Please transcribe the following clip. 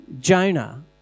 Jonah